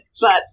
but-